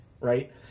right